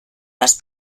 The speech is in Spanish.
las